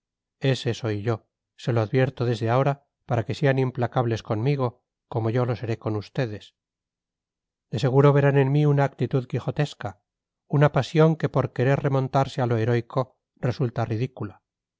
enemigo terrible ese soy yo se lo advierto desde ahora para que sean implacables conmigo como yo lo seré con ustedes de seguro verán en mí una actitud quijotesca una pasión que por querer remontarse a lo heroico resulta ridícula